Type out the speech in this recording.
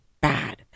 bad